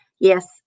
Yes